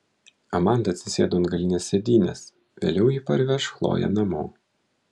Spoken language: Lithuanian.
amanda atsisėdo ant galinės sėdynės vėliau ji parveš chloję namo